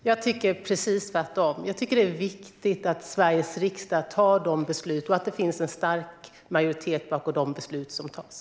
Herr talman! Jag tycker precis tvärtom. Det är viktigt att Sveriges riksdag tar beslut och att det finns en stark majoritet bakom de beslut som fattas.